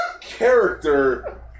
character